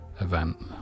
event